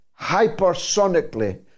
hypersonically